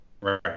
Right